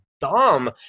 dumb